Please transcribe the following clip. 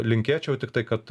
linkėčiau tiktai kad